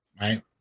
Right